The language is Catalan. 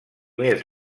més